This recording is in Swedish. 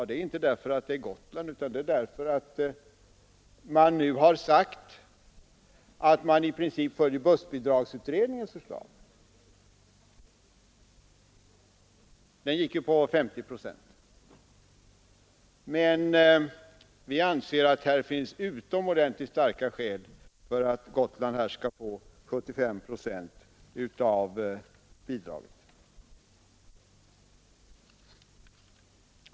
Det är inte därför att det är Gotland utan därför att man i princip nu följer bussbidragsutredningens förslag. Det bestämdes till 50 procent. Vi anser att det här finns utomordentligt starka skäl för att Gotland skall få 75 procent av bidraget.